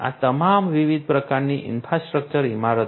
આ તમામ વિવિધ પ્રકારની ઈન્ફ્રાસ્ટ્રક્ચર ઈમારતો